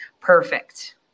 perfect